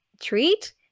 treat